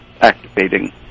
Activating